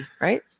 right